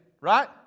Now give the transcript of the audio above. Right